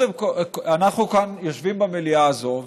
אנחנו כאן יושבים במליאה הזו,